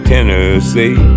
Tennessee